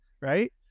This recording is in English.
Right